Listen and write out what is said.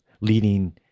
leading